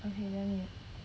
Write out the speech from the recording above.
okay then